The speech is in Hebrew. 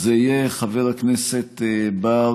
זה יהיה, חבר הכנסת בר,